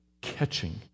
catching